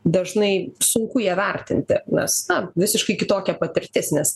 dažnai sunku ją vertinti nes na visiškai kitokia patirtis nes